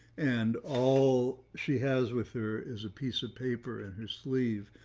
and all she has with her is a piece of paper and his sleeve,